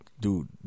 dude